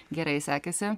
gerai sekėsi